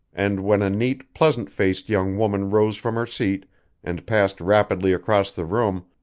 and when a neat, pleasant-faced young woman rose from her seat and passed rapidly across the room,